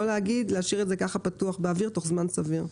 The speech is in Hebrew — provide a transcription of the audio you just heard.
להשאיר את זה כך פתוח באוויר ולומר תוך זמן סביר.